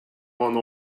one